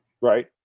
Right